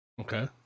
Okay